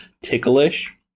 ticklish